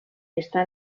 està